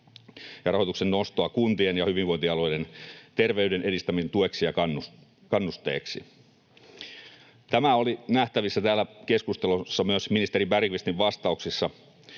ja rahoituksen nostoa kuntien ja hyvinvointialueiden terveyden edistämisen tueksi ja kannusteeksi. Tämä oli nähtävissä täällä keskustelussa myös ministeri Bergqvistin vastauksissa,